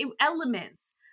elements